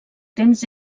temps